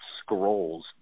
scrolls